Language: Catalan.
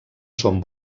son